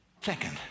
Second